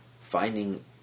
Finding